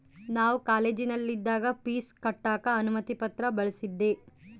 ನಾನು ಕಾಲೇಜಿನಗಿದ್ದಾಗ ಪೀಜ್ ಕಟ್ಟಕ ಅನುಮತಿ ಪತ್ರ ಬಳಿಸಿದ್ದೆ